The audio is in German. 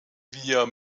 wir